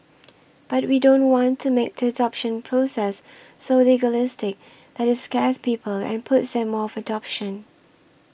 but we don't want to make the adoption process so legalistic that it scares people and puts them off adoption